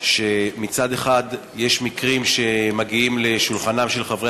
שמצד אחד יש מקרים שמגיעים לשולחנם של חברי